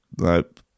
Nope